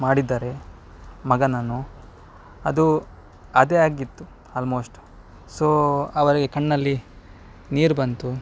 ಮಾಡಿದ್ದಾರೆ ಮಗನನ್ನು ಅದು ಅದೇ ಆಗಿತ್ತು ಆಲ್ಮೋಸ್ಟ್ ಸೊ ಅವರಿಗೆ ಕಣ್ಣಲ್ಲಿ ನೀರು ಬಂತು